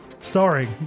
Starring